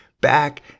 Back